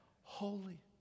Holy